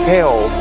Hell